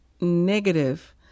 negative